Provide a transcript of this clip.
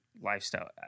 lifestyle